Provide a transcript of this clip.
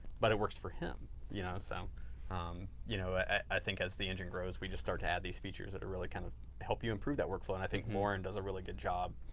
but it works for him you know so um you know i think as the engine grows, we just start to add these features that are really kind of help you improve that workflow. and i think lauren and does a really good job.